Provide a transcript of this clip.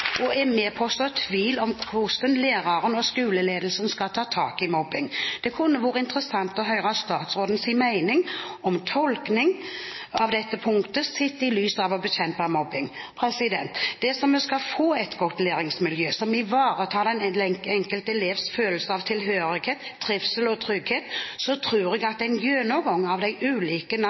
og er med på å så tvil om hvordan læreren og skoleledelsen skal ta tak i mobbing. Det kunne vært interessant å høre statsrådens mening om tolkning av dette punktet sett i lys av å bekjempe mobbing. Dersom vi skal få et godt læringsmiljø som ivaretar den enkelte elevs følelse av tilhørighet, trivsel og trygghet, tror jeg at en gjennomgang av de ulike